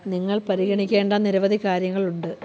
നിങ്ങൾ പരിഗണിക്കേണ്ട നിരവധി കാര്യങ്ങളുണ്ട്